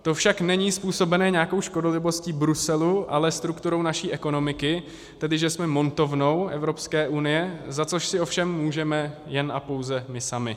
To však není způsobené nějakou škodolibostí Bruselu, ale strukturou naší ekonomiky, tedy že jsme montovnou Evropské unie, za což si ovšem můžeme jen a pouze my sami.